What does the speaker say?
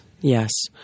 Yes